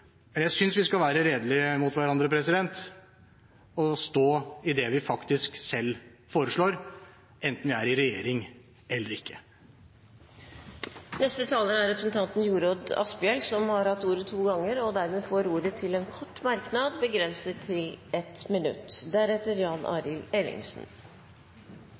Jeg synes vi skal være redelige mot hverandre og stå i det vi selv faktisk foreslår – enten vi er i regjering eller ikke. Representanten Jorodd Asphjell har hatt ordet to ganger tidligere og får ordet til en kort merknad, begrenset til 1 minutt.